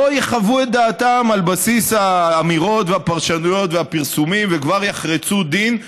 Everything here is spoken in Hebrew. לא יחוו את דעתם על בסיס האמירות והפרשנויות והפרסומים וכבר יחרצו דין,